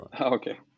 Okay